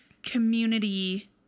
community